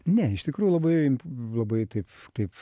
ne iš tikrųjų labai labai taip taip